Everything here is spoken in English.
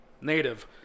native